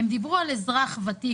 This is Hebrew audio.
הם דיברו על אזרח ותיק.